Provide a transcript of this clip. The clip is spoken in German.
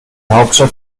hauptstadt